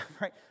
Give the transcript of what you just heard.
right